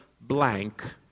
blank